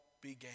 began